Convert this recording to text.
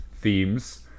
themes